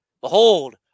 behold